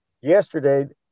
yesterday